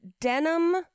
denim